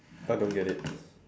I don't get it